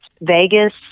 Vegas